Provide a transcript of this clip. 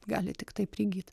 gali tiktai prigyt